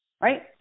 right